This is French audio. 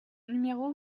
numéro